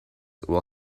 will